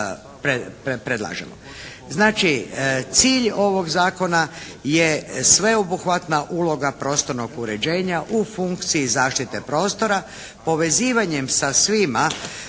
Znači cilj ovog zakona je sveobuhvatna uloga prostornog uređenja u funkciji zaštite prostora povezivanjem sa svima